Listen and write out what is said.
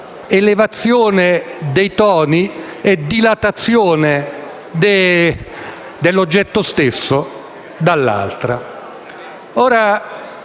l'elevazione dei toni e la dilatazione dell'oggetto stesso dall'altra.